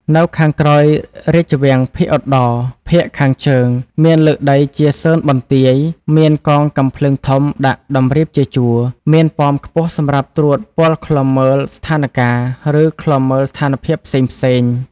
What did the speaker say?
នៅខាងក្រោយរាជវាំងភាគឧត្ដរ (ភាគខាងជើង) មានលើកដីជាសឺនបន្ទាយ មានកងកាំភ្លើងធំដាក់ដំរៀបជាជួរ មានប៉មខ្ពស់សម្រាប់ត្រួតពលឃ្លាំមើលស្ថានកាល ឬ ឃ្លាំមើលស្ថានភាពផ្សេងៗ ។